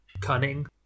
Cunning